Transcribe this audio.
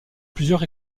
plusieurs